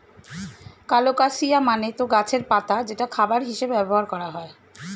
colocasia মানে তো গাছের পাতা যেটা খাবার হিসেবে ব্যবহার করা হয়